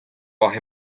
hocʼh